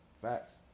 Facts